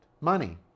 Money